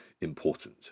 important